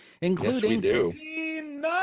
including